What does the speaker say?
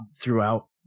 throughout